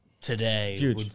today